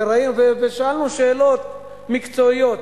ושאלנו שאלות מקצועיות,